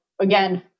again